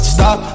Stop